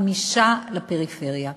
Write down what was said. חמישה לפריפריה.